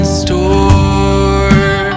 store